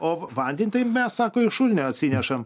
o vandenį tai mes sako iš šulinio atsinešam